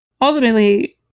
ultimately